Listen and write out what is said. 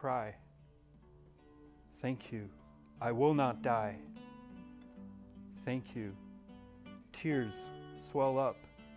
cry thank you i will not die thank you tears welled up